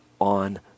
on